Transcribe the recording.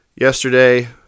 yesterday